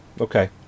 okay